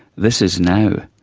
this is now.